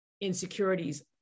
insecurities